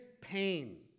pain